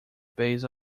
base